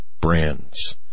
brands